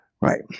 Right